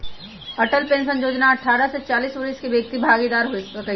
Atal pension जोजना अठारह से चालीस वरिस के व्यक्ति भागीदार हो सकइ छै